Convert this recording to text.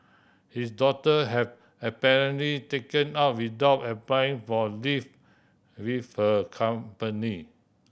his daughter had apparently taken off without applying for leave with her company